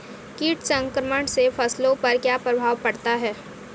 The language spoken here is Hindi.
कीट संक्रमण से फसलों पर क्या प्रभाव पड़ता है?